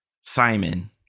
Simon